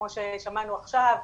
כמו ששמענו עכשיו,